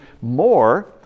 more